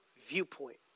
viewpoint